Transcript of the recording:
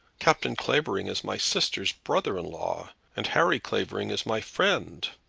captain clavering is my sister's brother-in-law, and harry clavering is my friend.